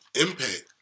impact